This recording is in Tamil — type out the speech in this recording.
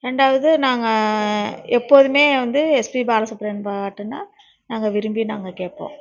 ரெண்டாவது நாங்கள் எப்போதுமே வந்து எஸ்பி பாலசுப்பிரமணியம் பாட்டுன்னால் நாங்கள் விரும்பி நாங்கள் கேட்போம்